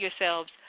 yourselves